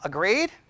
Agreed